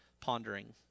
pondering